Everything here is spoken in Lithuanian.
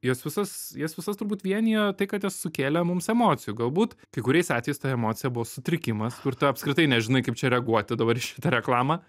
juos visus jas visas turbūt vienijo tai kad jos sukėlė mums emocijų galbūt kai kuriais atvejais ta emocija buvo sutrikimas kur tu apskritai nežinai kaip čia reaguoti dabar į šitą reklamą